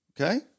okay